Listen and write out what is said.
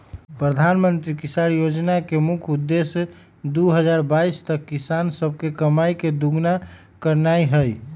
प्रधानमंत्री किसान जोजना के मुख्य लक्ष्य दू हजार बाइस तक किसान सभके कमाइ के दुगुन्ना करनाइ हइ